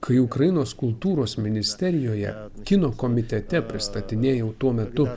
kai ukrainos kultūros ministerijoje kino komitete pristatinėjau tuo metu